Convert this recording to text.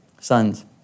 sons